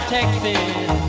Texas